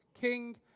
King